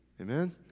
Amen